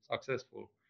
successful